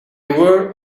were